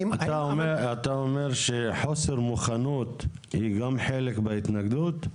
אתה אומר שחוסר מוכנות היא גם חלק בהתנגדות?